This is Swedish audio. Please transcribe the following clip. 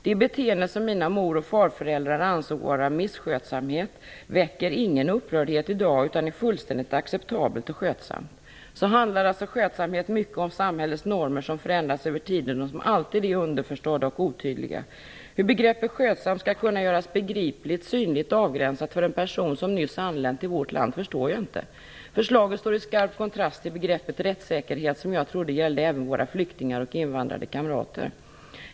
Det beteende som mina mor och farföräldrar ansåg vara misskötsamhet väcker ingen upprördhet i dag utan är fullständigt acceptabelt och skötsamt. Skötsamhet handlar alltså mycket om samhällets normer som förändras över tiden och som alltid är underförstådda och otydliga. Hur bergreppet "skötsam" skall kunna göras begripligt, synligt och avgränsat för en person som nyss anlänt till vårt land förstår jag inte. Förslaget står i skarp kontrast till begreppet "rättssäkerhet", som jag trodde gällde även våra flyktingar och invandrade kamrater.